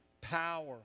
power